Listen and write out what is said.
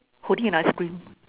holding an ice cream